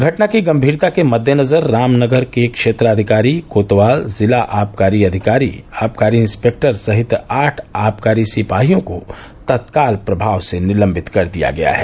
घटना की गंभीरता के मद्देनज़र रामनगर के क्षेत्राधिकारी कोतवाल जिला आबकारी अधिकारी आबकारी इंस्पेक्टर सहित आठ आबकारी सिपाहियों को तत्काल प्रभाव से निलम्बित कर दिया गया है